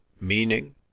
meaning